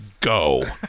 go